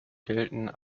gelten